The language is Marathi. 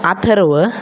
आथर्व